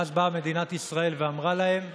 ואז באה מדינת ישראל ואמרה להם: